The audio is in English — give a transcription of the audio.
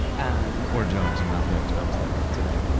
um or jobs are not like jobs that are today.